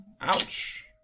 Ouch